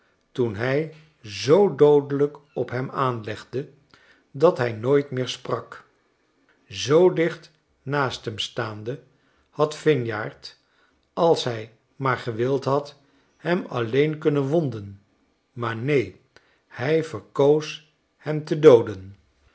toen hij zoo doodelijk op hem aanlegde dat hij nooit meer sprak zoo dicht naast hem staande had vinyard als hij maar gewild had hem alleen kunnen wonden maar neen hij verkoos hem te dooden